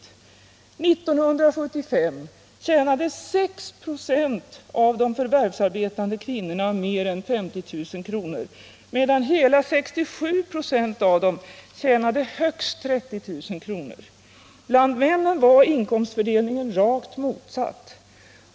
År 1975 tjänade 6 96 av de förvärvsarbetande kvinnorna mer än 50 000 kr. medan hela 67 96 av dem tjänade högst 30 000 kr. Bland männen var inkomstför delningen rakt motsatt.